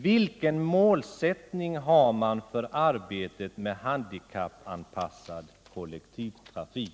Vilken målsättning har man för arbetet med handikappanpassad kollektivtrafik?